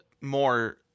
more –